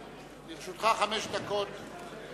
לרשותך חמש דקות.